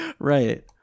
right